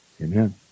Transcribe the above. Amen